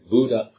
Buddha